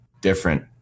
different